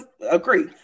agree